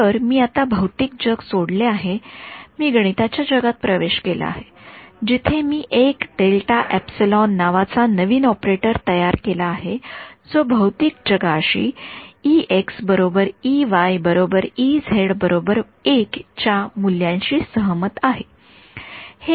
तर मी आता भौतिक जग सोडले आहे मी गणिताच्या जगात प्रवेश केला आहे जिथे मी एक नावाचा नवीन ऑपरेटर तयार केला आहे जो भौतिक जगाशी च्या मूल्यांच्याशी सहमत आहे